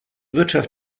wirtschaft